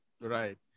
Right